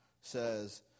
says